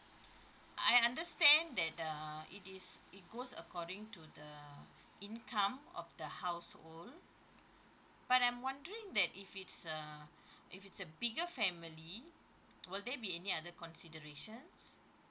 I understand that uh it is it goes according to the income of the household but I'm wondering that if it's uh if it's a bigger family will there be any other considerations